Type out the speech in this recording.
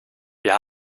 wir